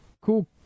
cool